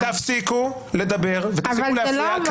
תפסיקו לדבר ותפסיקו להפריע.